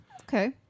Okay